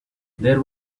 there